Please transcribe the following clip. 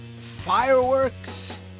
fireworks